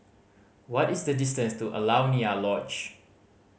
what is the distance to Alaunia Lodge